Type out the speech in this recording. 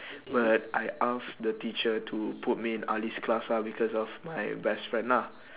but I asked the teacher to put me in ali's class ah because of my best friend ah